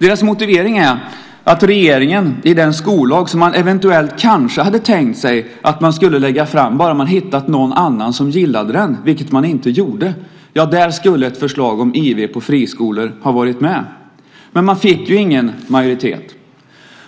Deras motivering är att regeringen i den skollag som man eventuellt kanske hade tänkt sig att man skulle lägga fram bara man hittat någon annan som gillade den, vilket man inte gjorde, skulle haft med ett förslag om IV på friskolor. Men man fick ju ingen majoritet.